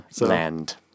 land